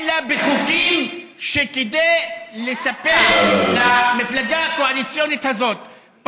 אלא בחוקים שכדי לספח למפלגה הקואליציונית הזאת,